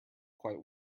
quite